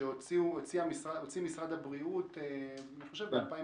שהוציא משרד הבריאות ב-2019.